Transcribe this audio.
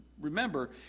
remember